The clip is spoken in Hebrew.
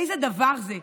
איזה דבר זה?